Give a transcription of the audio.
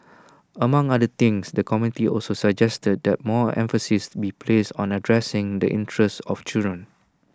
among other things the committee also suggested that more emphasis be placed on addressing the interests of children